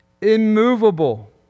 immovable